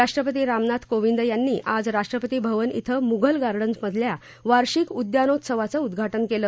राष्ट्रपती रामनाथ कोविंद यांनी आज राष्ट्रपती भवन बें मुघल गार्डन्समधल्या वार्षिक उद्यानोत्सवाचं उद्वाटन केलं